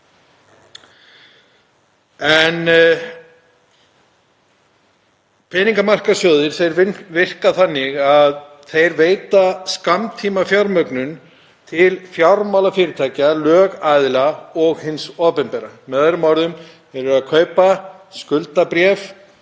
Peningamarkaðssjóðir virka þannig að þeir veita skammtímafjármögnun til fjármálafyrirtækja, lögaðila og hins opinbera. Með öðrum orðum eru þeir að kaupa skuldabréf